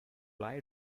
lie